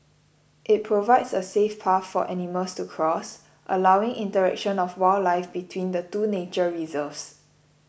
it provides a safe path for animals to cross allowing interaction of wildlife between the two nature reserves